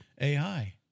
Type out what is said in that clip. AI